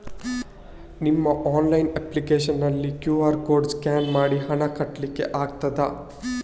ನಿಮ್ಮ online application ನಲ್ಲಿ QR code scan ಮಾಡಿ ಹಣ ಕಟ್ಲಿಕೆ ಆಗ್ತದ?